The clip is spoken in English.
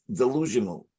delusional